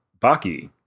Baki